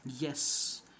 Yes